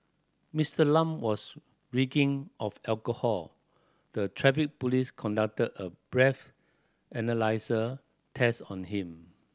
Mister Lam was reeking of alcohol the Traffic Police conducted a breath analyser test on him